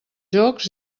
jocs